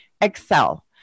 excel